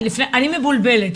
אני מבולבלת,